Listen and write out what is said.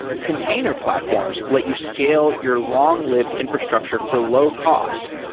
container platforms let you scale your long-lived infrastructure for low cost,